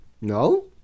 no